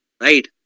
Right